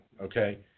Okay